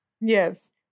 yes